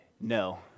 No